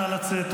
נא לצאת.